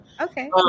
okay